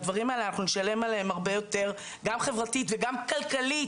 הדברים האלה אנחנו נשלם עליהם הרבה יותר גם חברתית וגם כלכלית,